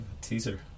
Teaser